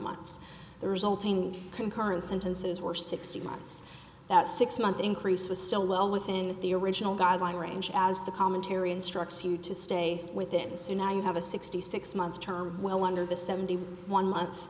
months the resulting concurrent sentences were sixteen months that six month increase was still well within the original guideline range as the commentary instructs you to stay with it and soon i have a sixty six month term well under the seventy one month